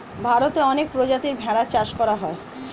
ভারতে অনেক প্রজাতির ভেড়া চাষ করা হয়